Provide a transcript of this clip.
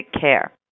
care